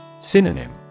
Synonym